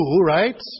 right